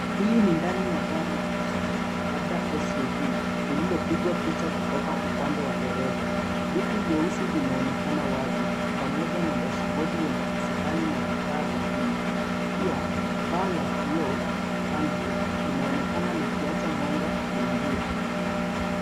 Hii ndani ya gari la kisasa labda SUV lililopigwa picha kutoka upande wa dereva. Viti vyeusi vimeonekana wazi pamoja na dashibodi yenye usukani na vifaa vingine. Pia paa la kioo, sunroof , linaonekana likiacha mwanga uingie.